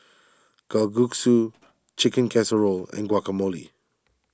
Kalguksu Chicken Casserole and Guacamole